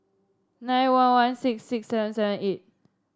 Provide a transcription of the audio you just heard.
nine one one six six seven seven eight